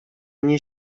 nie